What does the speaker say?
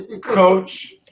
Coach